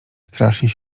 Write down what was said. strasznie